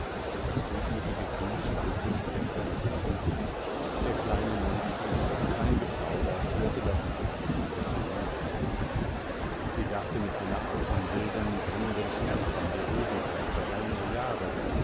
und das gutmütige kind schwankte schwerfällig nebenher der kleine mund schwieg kein geplauder störte das nachsinnen des jungen mädchens sie dachte mit einer art von wildem brennendem schmerz an die rosenzeit vergangener jahre